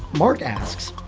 mark asks,